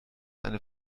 eine